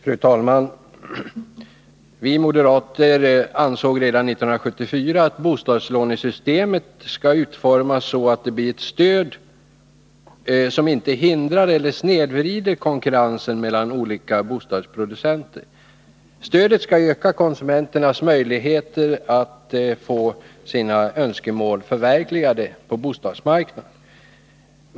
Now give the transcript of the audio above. Fru talman! Vi moderater ansåg redan 1974 att bostadslånesystemet skall utformas så att det blir ett stöd som inte hindrar eller snedvrider konkurrensen mellan olika bostadsproducenter. Stödet skall öka konsumenternas möjligheter att få sina önskemål förverkligade på bostadsmarknaden.